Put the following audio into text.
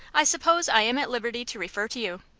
i suppose i am at liberty to refer to you.